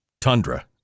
tundra